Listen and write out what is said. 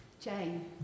Jane